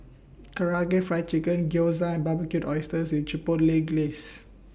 Karaage Fried Chicken Gyoza and Barbecued Oysters with Chipotle Glaze